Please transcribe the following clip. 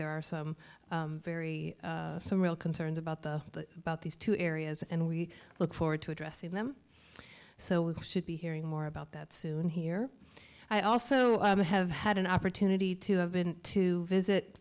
there are some very some real concerns about the about these two areas and we look forward to addressing them so we should be hearing more about that soon here i also have had an opportunity to have been to